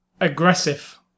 aggressive